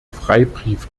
freibrief